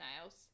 Nails